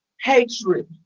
hatred